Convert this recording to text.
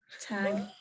tag